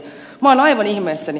minä olen aivan ihmeissäni